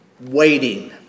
waiting